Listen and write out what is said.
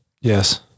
Yes